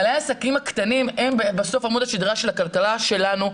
בעלי העסקים הקטנים הם בסוף עמוד השדרה של הכלכלה שלנו,